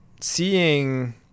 seeing